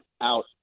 out